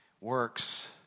Works